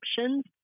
options